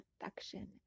affection